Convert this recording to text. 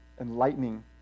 enlightening